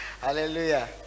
Hallelujah